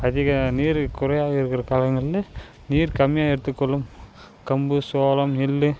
அதிக நீர் குறைவாக இருக்கிற காலங்களில் நீர் கம்மியாக எடுத்துக்கொள்ளும் கம்பு சோளம் நெல்